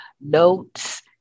notes